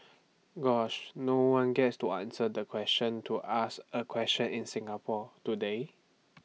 gosh no one gets to answer the question to ask A question in Singapore do they